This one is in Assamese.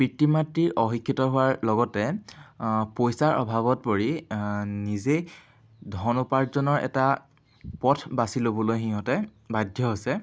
পিতৃ মাতৃ অশিক্ষিত হোৱাৰ লগতে পইচাৰ অভাৱত পৰি নিজেই ধন উপাৰ্জনৰ এটা পথ বাচি ল'বলৈ সিঁহতে বাধ্য হৈছে